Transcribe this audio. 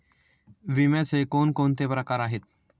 विम्याचे कोणकोणते प्रकार आहेत?